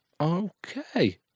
Okay